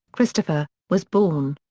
christopher, was born.